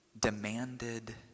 demanded